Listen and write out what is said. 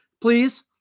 please